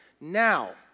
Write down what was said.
Now